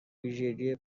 ویژگی